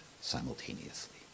simultaneously